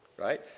right